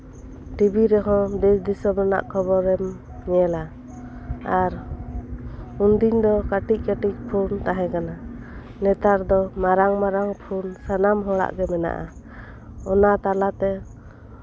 TV ᱨᱮᱦᱚᱸ ᱫᱮᱥᱼᱫᱤᱥᱚᱢ ᱨᱮᱱᱟᱜ ᱠᱷᱚᱵᱚᱨᱮᱢ ᱧᱮᱞᱟ ᱟᱨ ᱩᱱ ᱫᱤᱱ ᱫᱚ ᱠᱟᱴᱤᱡᱼᱠᱟᱴᱤᱡ ᱯᱷᱩᱱ ᱛᱟᱦᱮᱸ ᱠᱟᱱᱟ ᱱᱮᱛᱟᱨ ᱫᱚ ᱢᱟᱨᱟᱝᱼᱢᱟᱨᱟᱝ ᱯᱷᱩᱱ ᱥᱟᱱᱟᱢ ᱦᱚᱲᱟᱜ ᱜᱮ ᱢᱮᱱᱟᱜᱼᱟ ᱚᱱᱟ ᱛᱟᱞᱟ ᱛᱮ